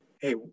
Hey